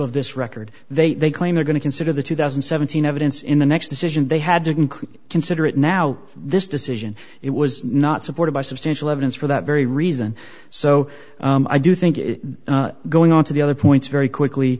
of this record they they claim they're going to consider the two thousand and seventeen evidence in the next decision they had to consider it now this decision it was not supported by substantial evidence for that very reason so i do think it's going on to the other points very quickly